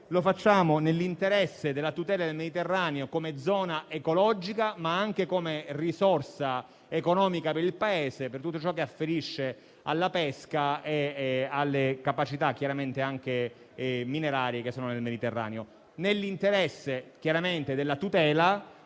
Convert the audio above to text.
lo facciamo nell'interesse della tutela del Mediterraneo come zona ecologica, ma anche come risorsa economica per il Paese, per tutto ciò che afferisce alla pesca e anche alle capacità minerarie del Mediterraneo; nell'interesse della tutela,